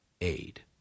aid